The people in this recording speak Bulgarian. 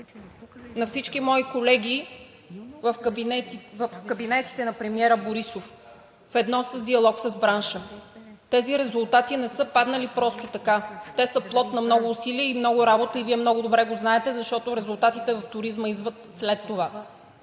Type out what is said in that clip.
на всички мои колеги в кабинетите на премиера Борисов ведно в диалог с бранша. Тези резултати не са паднали просто така. Те са плод на много усилия, много работа и Вие много добре го знаете, защото резултатите в туризма идват след това.